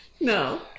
No